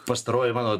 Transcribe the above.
pastaroji mano